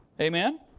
Amen